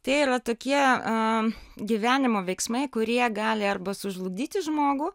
tai yra tokie gyvenimo veiksmai kurie gali arba sužlugdyti žmogų